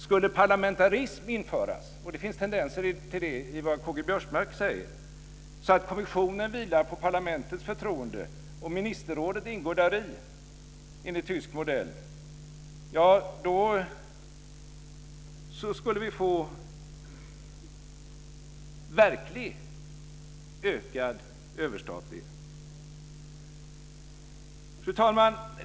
Skulle parlamentarism införas - och det finns tendenser till det i det K-G Biörsmark säger - så att kommissionen vilar på parlamentets förtroende och ministerrådet ingår däri, enligt tysk modell, då skulle vi få verklig ökad överstatlighet. Fru talman!